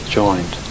joined